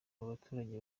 baturage